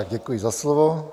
Děkuji za slovo.